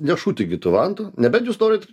nešutinkit tų vantų nebent jūs norit